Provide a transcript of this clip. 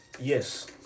yes